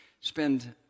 spend